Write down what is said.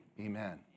amen